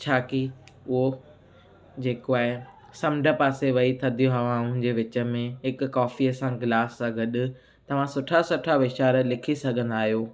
छोकी उहो जेको आहे समुंडु पासे वेही थधी हवाउनि जे विच में हिकु कॉफीअ सां गिलास सां गॾु तव्हां सुठा सुठा वीचार लिखी सघंदा आहियो